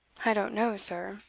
i don't know, sir,